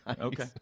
Okay